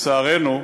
ונכון,